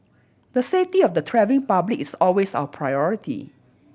the safety of the travelling public is always our priority